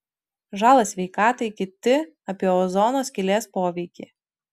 žalą sveikatai kiti apie ozono skylės poveikį